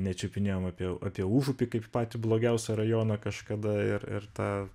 nečiupinėjom apie apie užupį kaip patį blogiausią rajoną kažkada ir ir tą